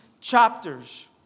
chapters